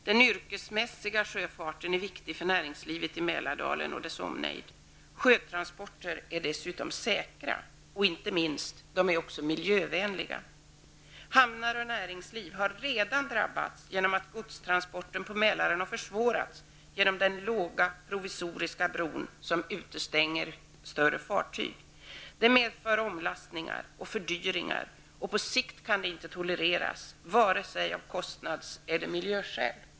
Den yrkesmässiga sjöfarten är viktig för näringslivet i Mälardalen och dess omnejd. Sjötransporter är dessutom säkra och, inte minst miljövänliga. Hamnar och näringsliv har redan drabbats, eftersom godstransporterna på Mälaren har försvårats på grund av att den låga, provisoriska bron utestänger större fartyg. Detta medför omlastningar och fördyringar som på sikt inte kan tolereras, varken av kostnads eller miljöskäl.